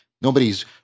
Nobody's